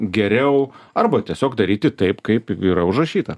geriau arba tiesiog daryti taip kaip yra užrašyta